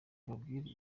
mbabwire